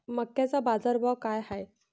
मक्याचा बाजारभाव काय हाय?